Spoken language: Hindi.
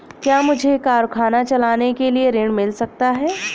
क्या मुझे कारखाना चलाने के लिए ऋण मिल सकता है?